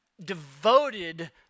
devoted